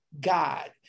god